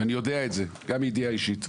ואני יודע את זה גם מידיעה אישית.